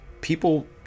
people